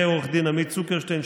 ועו"ד עמית צוקרשטיין,